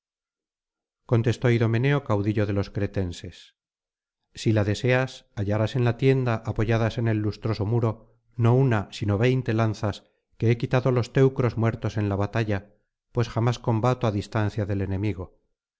contestó idomeneo caudillo de los cretenses si la deseas hallarás en la tienda apoyadas en el lustroso muro no una sino veinte lanzas que he quitado á los teucros muertos en la batalla pues jamás combato á distancia del enemigo